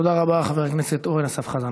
תודה רבה, חבר הכנסת אורן אסף חזן.